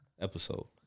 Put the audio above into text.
episode